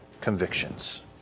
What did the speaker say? convictions